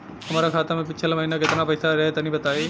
हमरा खाता मे पिछला महीना केतना पईसा रहे तनि बताई?